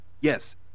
Yes